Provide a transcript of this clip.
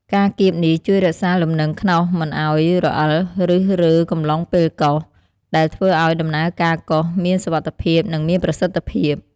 ការគៀបនេះជួយរក្សាលំនឹងខ្ន្នោសមិនឱ្យរអិល ឬរើកំឡុងពេលកោស ដែលធ្វើឱ្យដំណើរការកោសមានសុវត្ថិភាព និងមានប្រសិទ្ធភាព។